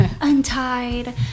Untied